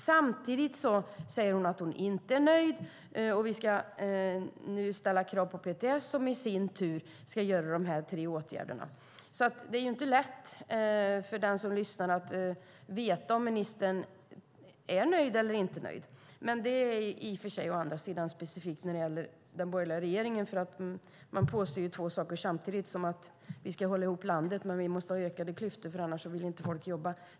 Å andra sidan säger hon att hon inte är nöjd och att vi nu ska ställa krav på PTS som i sin tur ska vidta de här tre åtgärderna. Det är ju inte lätt för den som lyssnar att veta om ministern är nöjd eller inte nöjd. Det är i och för sig specifikt när det gäller den borgerliga regeringen, för man påstår ju två saker samtidigt, som att vi ska hålla ihop landet men vi måste ha ökade klyftor för annars vill inte folk jobba.